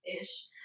ish